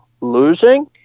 losing